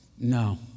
No